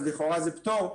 אז לכאורה זה פטור.